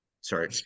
sorry